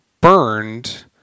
burned